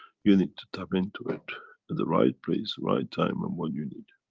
you need to tap into it in the right place, right time and what you need.